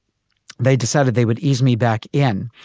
they decided they would ease me back in.